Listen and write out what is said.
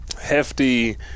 hefty